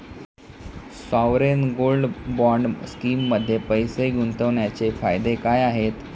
Sovereign gold bond स्कीममध्ये पैसे गुंतवण्याचे फायदे काय आहेत?